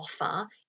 offer